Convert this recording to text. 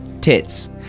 tits